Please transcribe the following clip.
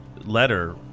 letter